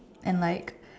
and like